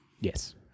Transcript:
Yes